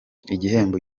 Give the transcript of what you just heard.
igihembo